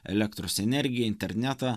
elektros energiją internetą